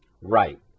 Right